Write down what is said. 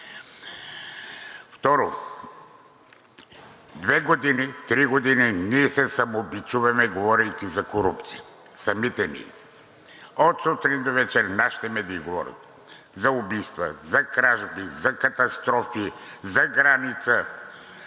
Второ, три години ние се самобичуваме, говорейки за корупция. Самите ние! От сутрин до вечер нашите медии говорят – за убийства, за кражби, за катастрофи, за граница.